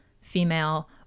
female